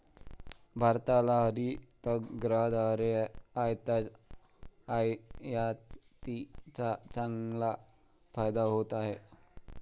भारताला हरितगृहाद्वारे आयातीचा चांगला फायदा होत आहे